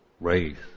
race